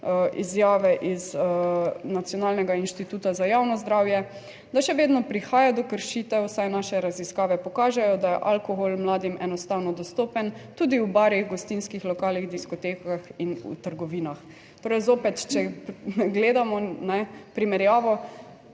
izjave iz Nacionalnega inštituta za javno zdravje, da še vedno prihaja do kršitev, saj naše raziskave pokažejo, da je alkohol mladim enostavno dostopen tudi v barih, gostinskih lokalih, diskotekah in v trgovinah. Torej, zopet, če gledamo primerjavo,